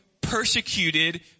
persecuted